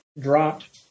dropped